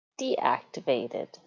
deactivated